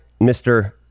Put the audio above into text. Mr